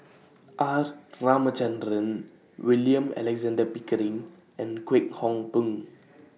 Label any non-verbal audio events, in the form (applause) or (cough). R Ramachandran William Alexander Pickering and Kwek Hong Png (noise)